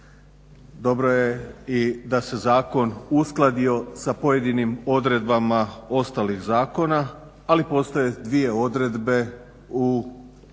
Dobro je i da se zakon uskladio sa pojedinim odredbama ostalih zakona, ali postoje dvije odredbe u zakonu